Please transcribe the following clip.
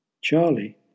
Charlie